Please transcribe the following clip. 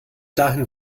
dahin